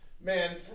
man